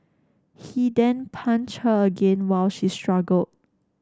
he then punched her again while she struggled